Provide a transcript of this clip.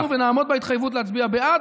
אנחנו הבטחנו ונעמוד בהתחייבות להצביע בעד,